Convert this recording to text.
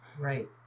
Right